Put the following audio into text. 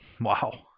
Wow